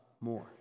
more